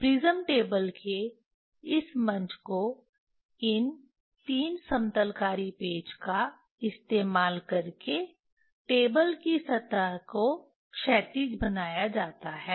prism table के इस मंच को इन 3 समतलकारी पेंच का इस्तेमाल करके टेबल की सतह को क्षैतिज बनाया जाता है